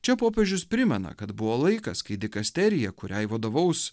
čia popiežius primena kad buvo laikas kai dikasterija kuriai vadovaus